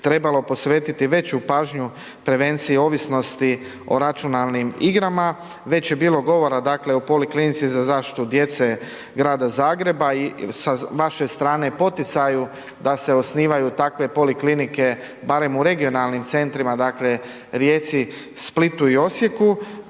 trebalo posvetiti veću pažnju prevenciji ovisnosti o računalnim igrama, već je bilo govora, dakle, u Poliklinici za zaštitu djece Grada Zagreba i sa vaše strane, poticaju da se osnivaju takve poliklinike barem u regionalnim centrima, dakle, Rijeci, Splitu i Osijeku